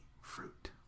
fruit